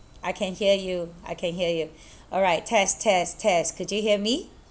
I can hear you I can hear you alright test test test could you hear me